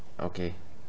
okay